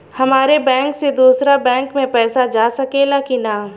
हमारे बैंक से दूसरा बैंक में पैसा जा सकेला की ना?